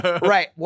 Right